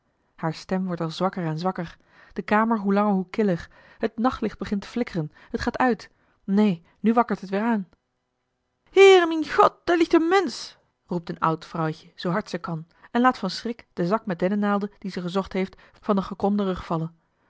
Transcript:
hare stem wordt al zwakker en zwakker de kamer hoe langer hoe killer het nachtlicht begint te flikkeren het gaat uit neen nu wakkert het weer aan heere mien god daor ligt een mensch roept een oud vrouwtje zoo hard ze kan en laat van schrik den zak met dennennaalden die ze gezocht heeft van den gekromden